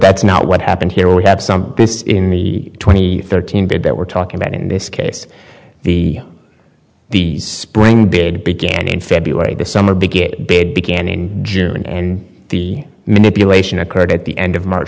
that's not what happened here we have some business in the twenty thirteen bed that we're talking about in this case the the spring bid began in february the summer bigbig began in june and the manipulation occurred at the end of march